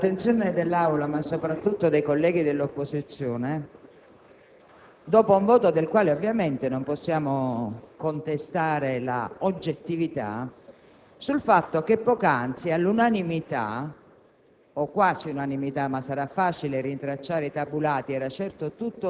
punto all'ordine del giorno e continuare con le votazioni mi sembra violare quanto chiaramente è avvenuto in quest'Aula. Un pezzo fondamentale della politica estera di questo Governo è stato bocciato. Non è come se non fosse successo nulla. È accaduto un fatto